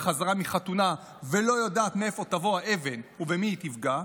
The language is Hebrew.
חזרה מחתונה ולא יודעת מאיפה תבוא האבן ובמי היא תפגע,